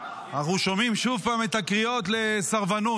אנחנו שומעים עוד פעם את הקריאות לסרבנות.